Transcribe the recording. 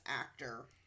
actor